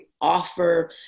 offer